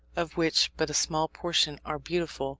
of which but a small proportion are beautiful